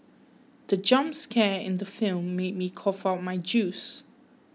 the jump scare in the film made me cough out my juice